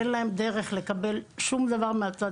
אין להם דרך לקבל שום דבר מהצד,